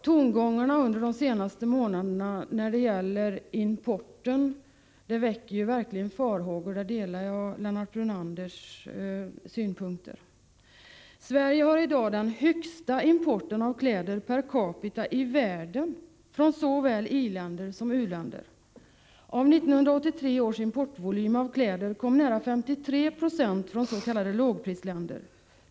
Tongångarna under de senaste månaderna när det gäller importen väcker verkligen farhågor. I fråga om detta delar jag Lennart Brunanders syn Sverige har i dag den största importen av kläder per capita i världen från såväl i-länder som u-länder. e Av 1983 års importvolym av kläder kom nära 53 90 från s.k. lågprisländer.